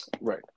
right